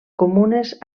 comunes